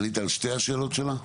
ענית על שתי השאלות שלה?